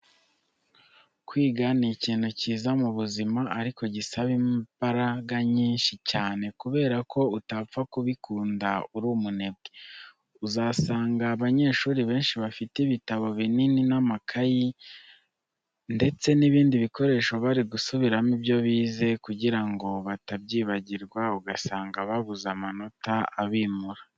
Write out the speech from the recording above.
Kwiga ni ikintu cyiza mu buzima ariko gisaba imbara nyinshi cyane kubera ko utapfa kubikunda uri umunebwe. Uzasanga abanyeshuri benshi bafite ibitabo binini n'amakayi ndetse n'ibindi bikoresho bari gusubiramo ibyo bize, kugira ngo batabyibagirwa ugasanga babuze amanota abimura.